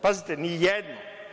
Pazite, nijednom.